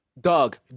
Doug